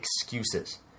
excuses